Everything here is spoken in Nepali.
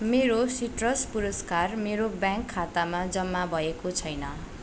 मेरो सिट्रस पुरस्कार मेरो ब्याङ्क खातामा जम्मा भएको छैन